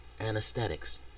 anesthetics